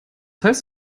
heißt